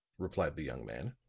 replied the young man.